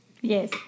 Yes